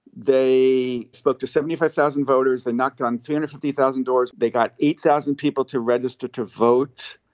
they spoke to seventy five thousand voters. they knocked on two hundred and fifty thousand doors. they got eight thousand people to register to vote.